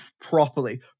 properly